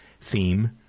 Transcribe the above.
theme